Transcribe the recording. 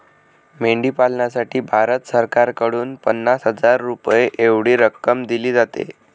मेंढी पालनासाठी भारत सरकारकडून पन्नास हजार रुपये एवढी रक्कम दिली जाते